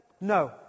no